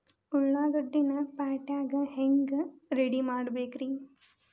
ಉಳ್ಳಾಗಡ್ಡಿನ ಪ್ಯಾಟಿಗೆ ಹ್ಯಾಂಗ ರೆಡಿಮಾಡಬೇಕ್ರೇ?